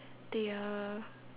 they are